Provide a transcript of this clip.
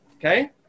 okay